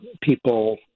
people